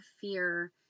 fear